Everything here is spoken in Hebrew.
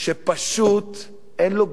שפשוט אין לו גבולות,